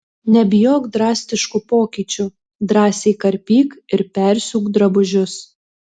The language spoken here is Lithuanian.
nebijok drastiškų pokyčių drąsiai karpyk ir persiūk drabužius